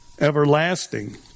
everlasting